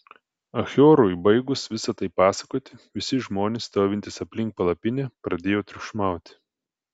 achiorui baigus visa tai pasakoti visi žmonės stovintys aplink palapinę pradėjo triukšmauti